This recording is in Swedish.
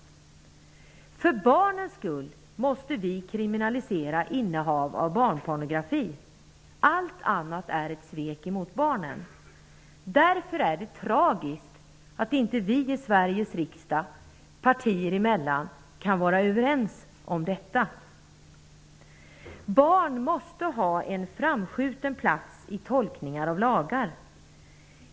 För barnens skull måste vi kriminalisera innehav av barnpornografi. Allt annat är ett svek mot barnen. Därför är det tragiskt att vi inte partier emellan i Sveriges riksdag kan vara överens om detta. Barn måsta ha en framskjuten plats i tolkningar av lagar.